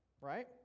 Right